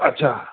अछा